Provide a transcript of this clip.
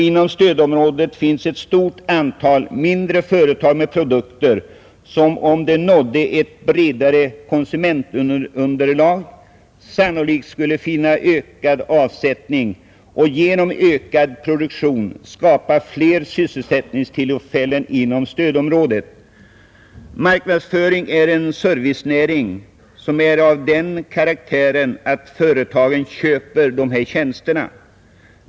Inom stödområdet finns ett stort antal mindre företag med produkter, som om de nådde ett bredare konsumentunderlag sannolikt skulle finna ökad avsättning och genom ökad produktion skapa fler sysselsättningstillfällen inom stödområdet. Marknadsföring är en servicenäring, som är av den karaktären att företagen köper dess tjänster.